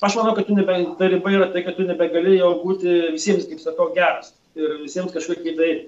aš manau kad tu nebe ta riba yra tai kad tu nebegali būti visiems kaip sakau geras ir visiems kažkokį tai